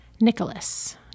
Nicholas